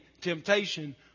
temptation